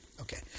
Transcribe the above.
Okay